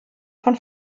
von